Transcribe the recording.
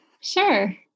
Sure